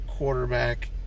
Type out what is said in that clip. Quarterback